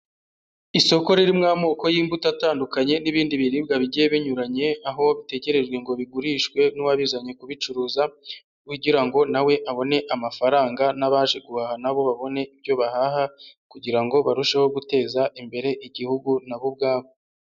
Isoko ririmo amoko y'imbuto atandukanye n'ibindi biribwa bigiye binyuranye, aho bitekerejwe ngo bigurishwe n'uwabizanye kubicuruza, kugira ngo na we abone amafaranga n'abaje guhaha na bo babone ibyo bahaha, kugira ngo barusheho guteza imbere Igihugu na bo ubwabo.